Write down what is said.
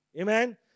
Amen